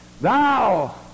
Thou